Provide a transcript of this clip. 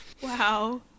Wow